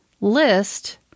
list